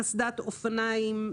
קסדת אופניים,